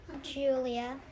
Julia